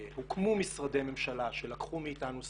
הוקמו משרדי ממשלה שלקחו מאיתנו סמכויות,